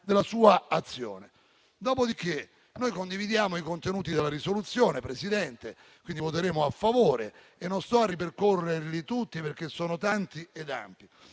Dopodiché, noi condividiamo i contenuti della risoluzione, Presidente, e quindi voteremo a favore e non sto a ripercorrerli tutti, perché sono tanti e ampi.